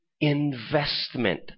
investment